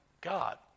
God